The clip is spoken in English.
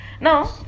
Now